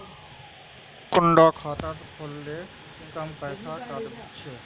कुंडा खाता खोल ले कम पैसा काट छे?